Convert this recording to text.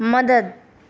مدد